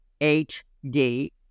HD